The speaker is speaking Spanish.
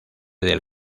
del